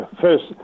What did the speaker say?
first